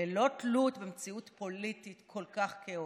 ללא תלות במציאות פוליטית כל כך כאוטית.